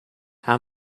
how